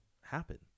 happen